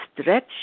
stretch